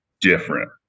different